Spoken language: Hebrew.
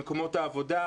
במקומות עבודה,